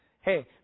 Hey